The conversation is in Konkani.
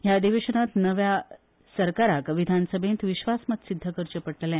या अधिवेशनात नव्या सरकाराक विधानसभेत विस्वासमत सिध्द करचे पडटले